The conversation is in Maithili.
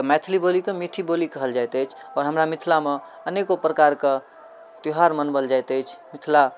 तऽ मैथिली बोलीके मीठी बोली कहल जाइत अछि आओर हमरा मिथिलामे अनेको प्रकारके त्यौहार मनाओल जाइत अछि मिथिला